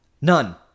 None